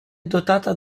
dotata